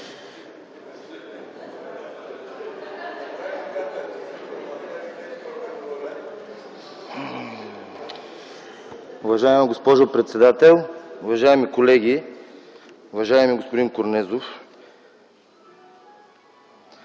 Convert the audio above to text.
Уважаема госпожо председател, уважаеми колеги! Уважаеми господин Корнезов,